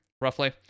Roughly